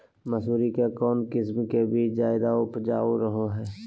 मसूरी के कौन किस्म के बीच ज्यादा उपजाऊ रहो हय?